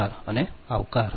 આભાર પણ આવકાર